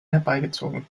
herbeigezogen